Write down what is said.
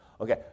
Okay